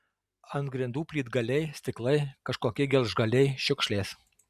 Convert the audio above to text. ant grindų plytgaliai stiklai kažkokie gelžgaliai šiukšlės